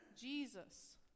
Jesus